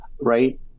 right